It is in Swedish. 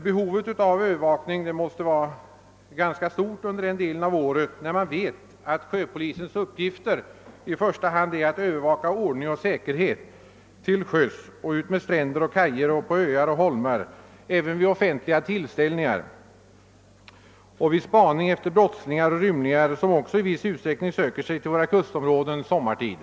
Behovet av övervakning måste vara ganska stort under den delen av året, när man vet, att sjöpolisens uppgifter i första hand är att övervaka ordning och säkerhet till sjöss och utmed stränder och kajer samt på öar och holmar, vid offentliga tillställningar och vid spaning efter brottslingar och rymlingar, som också i viss utsträckning söker sig till våra kustområden sommartid.